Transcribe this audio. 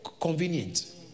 convenient